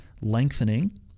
lengthening